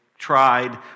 tried